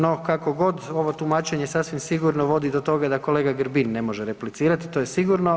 No, kako god, ovo tumačenje sasvim sigurno vodi do toga da kolega Grbin ne može replicirati to je sigurno.